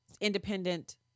independent